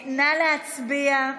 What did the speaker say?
נא להצביע.